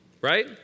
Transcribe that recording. Right